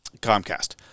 comcast